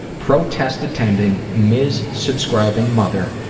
protest-attending, ms subscribing mother,